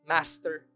Master